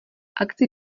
akci